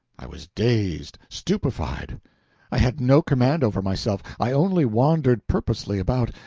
i was dazed, stupefied i had no command over myself, i only wandered purposely about,